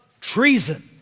treason